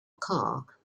car